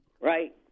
Right